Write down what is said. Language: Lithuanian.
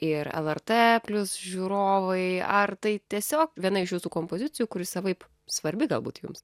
ir lrt plius žiūrovai ar tai tiesiog viena iš jūsų kompozicijų kuri savaip svarbi galbūt jums